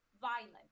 violent